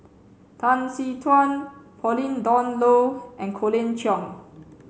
Tan Tee Suan Pauline Dawn Loh and Colin Cheong